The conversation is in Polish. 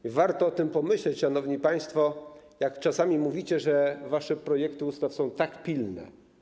I warto o tym pomyśleć, szanowni państwo, jak czasami mówicie, że wasze projekty ustaw są tak pilne.